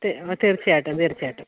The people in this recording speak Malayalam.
തീ തീർച്ചയായിട്ടും തീർച്ചയായിട്ടും